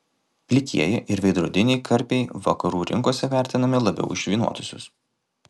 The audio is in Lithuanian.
plikieji ir veidrodiniai karpiai vakarų rinkose vertinami labiau už žvynuotuosius